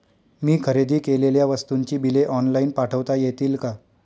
मी खरेदी केलेल्या वस्तूंची बिले ऑनलाइन पाठवता येतील का?